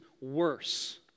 worse